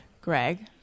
Greg